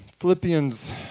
Philippians